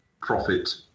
profit